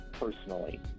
Personally